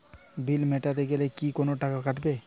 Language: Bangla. বিল মেটাতে গেলে কি কোনো টাকা কাটাবে?